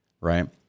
Right